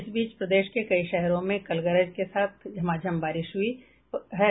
इस बीच प्रदेश के कई शहरों में कल गरज के साथ झमाझम बारिश हुई है